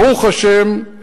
ברוך השם,